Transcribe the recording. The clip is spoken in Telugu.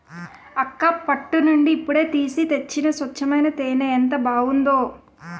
అక్కా పట్టు నుండి ఇప్పుడే తీసి తెచ్చిన స్వచ్చమైన తేనే ఎంత బావుందో